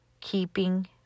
keeping